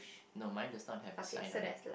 no mine does not have a sign on it